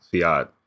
Fiat